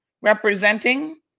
Representing